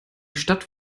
stadt